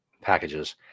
packages